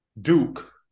Duke